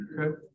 Okay